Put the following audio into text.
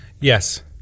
yes